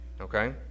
okay